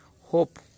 hope